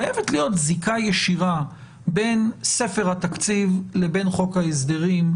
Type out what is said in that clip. חייבת להיות זיקה ישירה בין ספר התקציב לבין חוק ההסדרים,